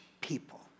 people